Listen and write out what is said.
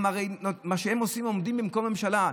הרי מה שהם עושים, הם עובדים במקום הממשלה.